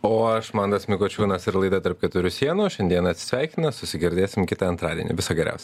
o aš mantas mikočiūnas ir laida tarp keturių sienų šiandien atsisveikina susigirdėsim kitą antradienį viso geriausio